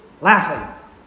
laughing